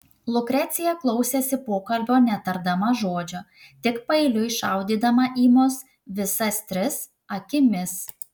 lukrecija klausėsi pokalbio netardama žodžio tik paeiliui šaudydama į mus visas tris akimis